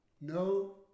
No